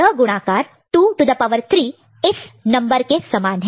तो यह गुणाकार multiplication multiplication 2 to the power 3 इस नंबर के समान है